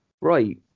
right